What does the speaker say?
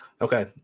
Okay